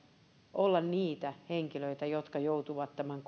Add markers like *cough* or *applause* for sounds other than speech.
olla niitä henkilöitä jotka joutuvat tämän *unintelligible*